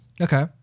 Okay